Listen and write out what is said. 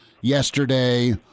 yesterday